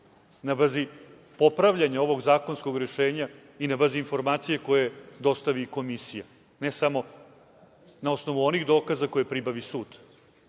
na bazi popravljanja ovog zakonskog rešenja i na bazi informacija koje dostavi komisija, ne samo na osnovu onih dokaza koje pribavi sud. Isto